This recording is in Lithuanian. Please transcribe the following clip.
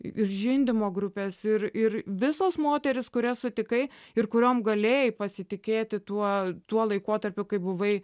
ir žindymo grupės ir ir visos moterys kurias sutikai ir kuriom galėjai pasitikėti tuo tuo laikotarpiu kai buvai